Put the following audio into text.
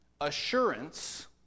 assurance